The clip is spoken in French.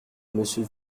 monsieur